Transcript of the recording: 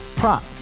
Prop